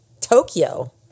Tokyo